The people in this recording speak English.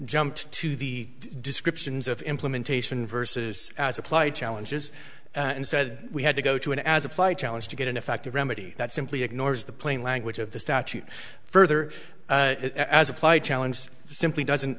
jumped to the descriptions of implementation versus supply challenges and said we had to go to an as applied challenge to get an effective remedy that simply ignores the plain language of the statute further as applied challenges simply doesn't